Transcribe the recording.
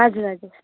हजुर हजुर